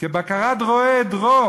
כבקרת רועה עדרו"